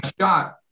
shot